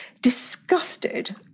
disgusted